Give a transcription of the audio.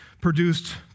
produced